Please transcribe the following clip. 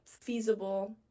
feasible